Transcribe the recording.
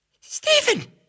Stephen